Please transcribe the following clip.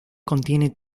contiene